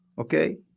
okay